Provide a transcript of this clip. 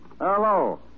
Hello